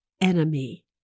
enemy